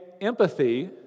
Empathy